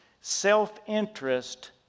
self-interest